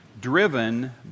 driven